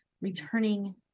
returning